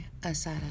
Asada